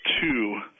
two